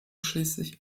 schließlich